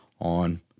on